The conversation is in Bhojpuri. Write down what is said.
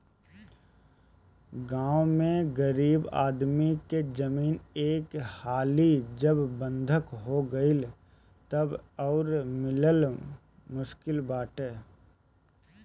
गांव में गरीब आदमी के जमीन एक हाली जब बंधक हो गईल तअ उ मिलल मुश्किल बाटे